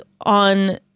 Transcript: on